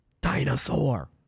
dinosaur